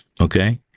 okay